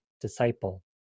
disciple